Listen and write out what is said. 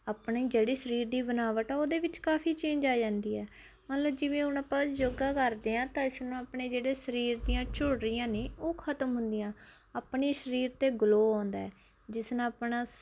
ਆਪਣੇ ਜਿਹੜੇ ਸਰੀਰ ਦੀ ਬਣਾਵਟ ਆ ਉਹਦੇ ਵਿੱਚ ਕਾਫੀ ਚੇਂਜ ਆ ਜਾਂਦੀ ਹੈ ਮੰਨ ਲਓ ਜਿਵੇਂ ਹੁਣ ਆਪਾਂ ਯੋਗਾ ਕਰਦੇ ਹਾਂ ਤਾਂ ਇਸਨੂੰ ਆਪਣੇ ਜਿਹੜੇ ਸਰੀਰ ਦੀਆਂ ਝੁਰੜੀਆਂ ਨੇ ਉਹ ਖਤਮ ਹੁੰਦੀਆਂ ਆਪਣੇ ਸਰੀਰ 'ਤੇ ਗਲੋ ਆਉਂਦਾ ਜਿਸ ਨਾਲ ਆਪਣਾ ਸ